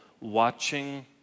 watching